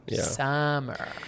summer